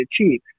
achieve